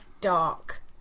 dark